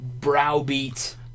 browbeat